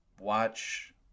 watch